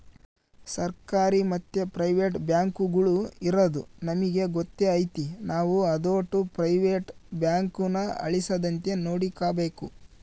ಸರ್ಕಾರಿ ಮತ್ತೆ ಪ್ರೈವೇಟ್ ಬ್ಯಾಂಕುಗುಳು ಇರದು ನಮಿಗೆ ಗೊತ್ತೇ ಐತೆ ನಾವು ಅದೋಟು ಪ್ರೈವೇಟ್ ಬ್ಯಾಂಕುನ ಅಳಿಸದಂತೆ ನೋಡಿಕಾಬೇಕು